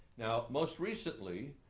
now most recently,